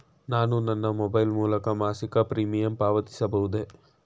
ನಾನು ನನ್ನ ಮೊಬೈಲ್ ಮೂಲಕ ಮಾಸಿಕ ಪ್ರೀಮಿಯಂ ಪಾವತಿಸಬಹುದೇ?